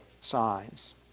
signs